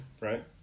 right